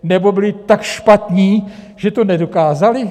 Nebo byli tak špatní, že to nedokázali?